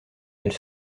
elle